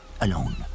alone